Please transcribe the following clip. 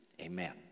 Amen